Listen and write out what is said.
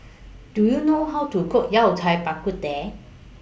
Do YOU know How to Cook Yao Cai Bak Kut Teh